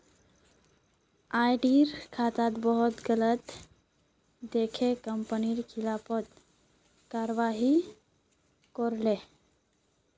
auditor खातात बहुत गलती दखे कंपनी खिलाफत कारवाही करले